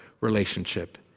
relationship